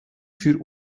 für